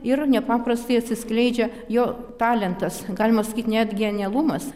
ir nepaprastai atsiskleidžia jo talentas galima sakyt net genialumas